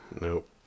nope